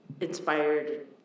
inspired